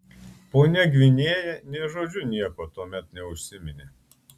ponia gvinėja nė žodžiu nieko tuomet neužsiminė